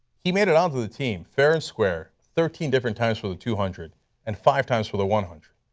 he made it onto the team fair and square, thirteen different times for the two hundred and five times for the one hundred.